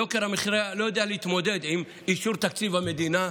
יוקר המחיה לא יודע להתמודד עם אישור תקציב המדינה,